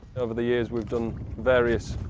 over the years we have done various